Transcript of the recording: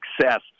success